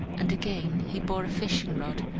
and again he bore a fishing-rod,